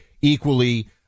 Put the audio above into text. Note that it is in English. equally